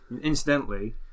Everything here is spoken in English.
incidentally